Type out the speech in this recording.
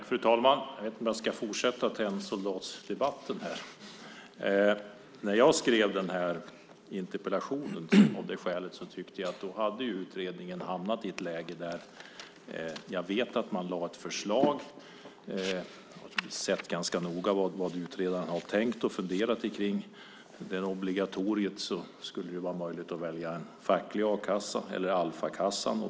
Fru talman! Jag vet inte om jag ska fortsätta debatten om tennsoldaten. Jag skrev interpellationen av det skälet att utredningen hade hamnat i ett läge där jag vet att man lade fram ett förslag. Jag har sett ganska noga på vad utredaren har tänkt och funderat kring obligatoriet. Det skulle vara möjligt att välja en facklig a-kassa eller Alfakassan.